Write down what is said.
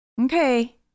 okay